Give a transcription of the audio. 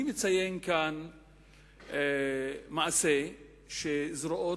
אני מציין כאן מעשה שזרועות